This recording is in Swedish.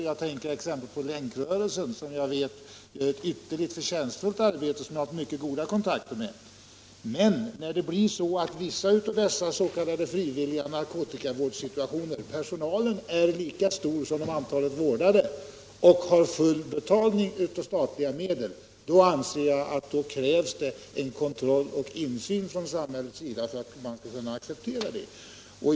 Jag tänker exempelvis på Länkrörelsen, som jag har mycket goda kontakter med och som jag vet utför ett utomordentligt förtjänstfullt arbete. Men när det blir så, som det är på vissa s.k. narkotikavårdsinstitutioner, att personalen är lika stor som antalet vårdade och har full betalning genom statliga medel, anser jag att det krävs kontroll och insyn från samhällets sida för att dessa institutioner skall kunna accepteras.